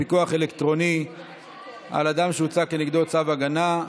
פיקוח אלקטרוני על אדם שהוצא כנגדו צו הגנה).